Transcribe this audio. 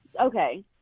Okay